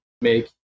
make